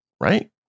right